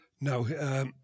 No